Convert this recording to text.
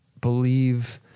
believe